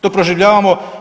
To proživljavamo.